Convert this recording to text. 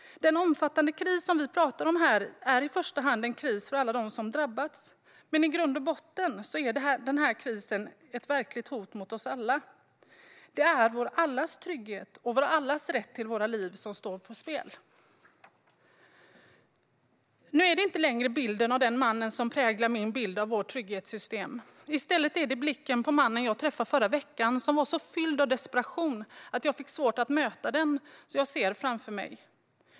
Den omfattande kris som vi pratar om här är i första hand en kris för alla dem som drabbats, men i grund och botten är denna kris ett verkligt hot mot oss alla. Det är allas vår trygghet och allas vår rätt till våra liv som står på spel. Nu är det inte längre bilden av den där mannen som präglar min syn på vårt trygghetssystem. I stället är det blicken hos mannen som jag träffade förra veckan - som var så fylld av desperation att jag fick svårt att möta den - som jag ser framför mig.